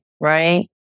Right